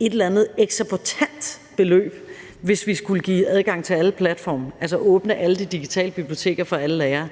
et eller andet eksorbitant beløb, hvis vi skulle give adgang til alle platforme, altså åbne alle de digitale biblioteker for alle lærere.